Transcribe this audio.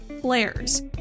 flares